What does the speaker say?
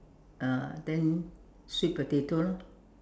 uh then sweet potato lor